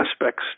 aspects